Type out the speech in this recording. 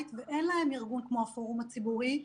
ואין להם ארגון כמו הפורום הציבורי,